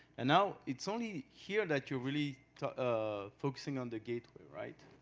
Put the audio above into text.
and now it's only here that you really ah focusing on the gateway, right?